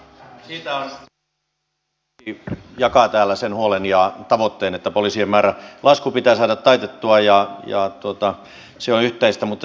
ensinnäkin siitä olen hyvin ilahtunut että kaikki jakavat täällä sen huolen ja tavoitteen että poliisien määrän lasku pitää saada taitettua ja se on yhteistä